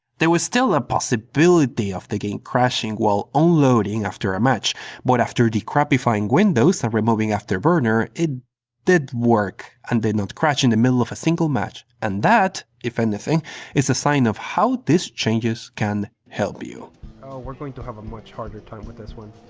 there was still a possibility of the game crashing while unloading after a match but after decrapifying windows and removing afterburner it did work and did not crash in the middle of a single match and that. if anything is a sign of how these changes can help you. oh we are going to have a much harder time with this one.